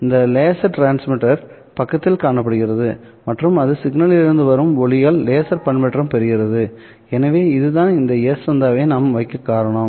இந்த laser transmitter பக்கத்தில் காணப்படுகிறது மற்றும் அது சிக்னலில் இருந்து வெளிவரும் ஒளியால் லேசர் பண்பேற்றம் பெறுகிறது எனவேஇதுதான் இந்த s சந்தாவை நாம் வைக்க காரணம்